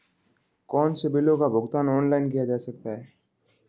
कौनसे बिलों का भुगतान ऑनलाइन किया जा सकता है?